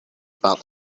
about